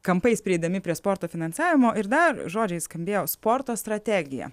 kampais prieidami prie sporto finansavimo ir dar žodžiai skambėjo sporto strategija